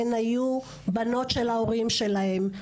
הן בנות של ההורים שלהם,